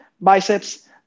biceps